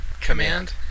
Command